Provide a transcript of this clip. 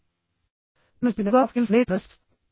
నేను చెప్పినట్లుగా soft skills అనేది ప్రజల స్కిల్స్